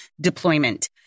deployment